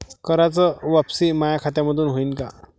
कराच वापसी माया खात्यामंधून होईन का?